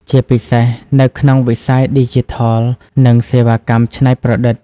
ជាពិសេសនៅក្នុងវិស័យឌីជីថល និងសេវាកម្មច្នៃប្រឌិត។